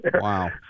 Wow